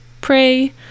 pray